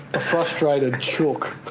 a frustrated chook!